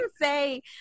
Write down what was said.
say